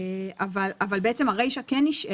אבל בעצם הרישה כן נשארת.